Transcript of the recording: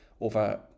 over